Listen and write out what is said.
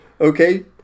okay